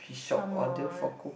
come on